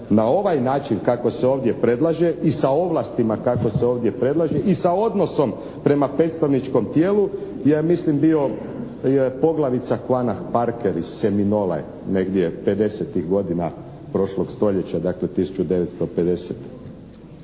na ovaj način kako se ovdje predlaže i sa ovlastima kako se ovdje predlaže i sa odnosom prema predstavničkom tijelu, je mislim bio poglavica Kuanah Barker iz Seminole, negdje 50-ih godina prošlog stoljeća, dakle, 1950.